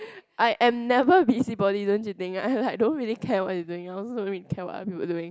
I am never busybody don't you think I had like don't really care what you think also didn't care what you doing